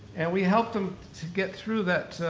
and we helped them to get through that,